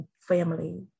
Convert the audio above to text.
family